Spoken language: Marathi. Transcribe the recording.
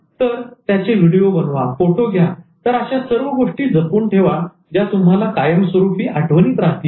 तर त्याचे व्हिडिओ बनवा फोटो घ्या तर अशा सर्व गोष्टी जपून ठेवा ज्या तुम्हाला कायमस्वरूपी आठवणीत राहतील